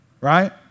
right